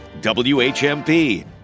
WHMP